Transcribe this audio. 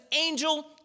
angel